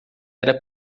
era